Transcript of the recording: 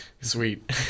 Sweet